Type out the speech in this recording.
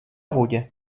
vodě